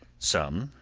some,